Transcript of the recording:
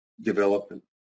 development